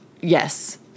Yes